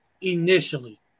initially